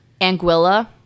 Anguilla